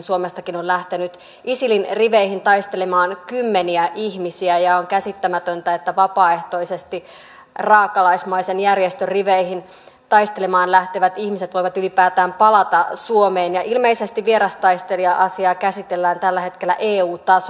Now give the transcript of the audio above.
suomestakin on lähtenyt isilin riveihin taistelemaan kymmeniä ihmisiä ja on käsittämätöntä että vapaaehtoisesti raakalaismaisen järjestön riveihin taistelemaan lähtevät ihmiset voivat ylipäätään palata suomeen ja ilmeisesti vierastaistelija asiaa käsitellään tällä hetkellä eu tasolla